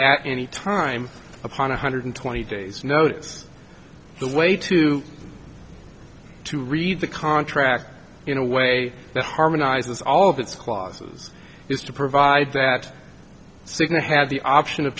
at any time upon one hundred twenty days notice the way to to read the contract in a way that harmonizes all of its clauses is to provide that cigna had the option of